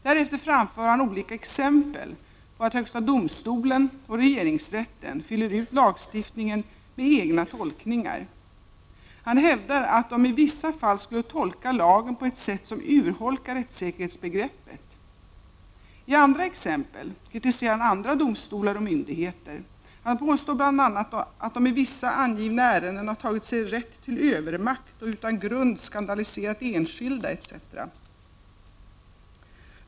Därefter framför han olika exempel på att högsta domstolen och regeringsrätten fyller ut lagstiftningen med egna tolkningar. Han hävdar att de i vissa fall skulle tolka lagen på ett sätt som urholkar rättssäkerhetsbegreppet. I andra exempel kritiserar han andra domstolar och myndigheter. Han påstår bl.a. att de i vissa angivna ärenden har tagit sig rätt till övermakt och utan grund skandaliserat enskilda etc.